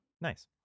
Nice